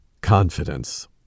Confidence